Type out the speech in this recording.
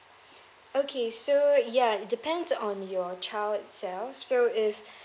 okay so ya it depends on your child itself so if